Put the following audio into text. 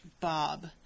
Bob